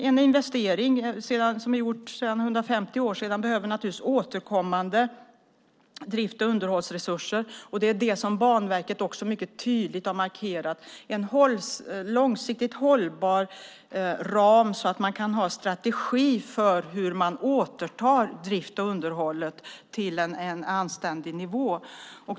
En investering som gjordes för 150 år sedan behöver naturligtvis återkommande drifts och underhållsresurser, och det är det Banverket också mycket tydligt har markerat - en långsiktigt hållbar ram så att man kan ha en strategi för hur drift och underhåll återförs till en anständig nivå.